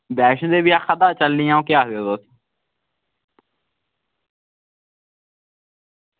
वैष्णो देवी आक्खा दा हा अं'ऊ चलने गी केह् आक्खदे तुस